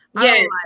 Yes